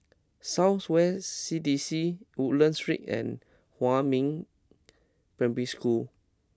South West C D C Woodlands Street and Huamin Primary School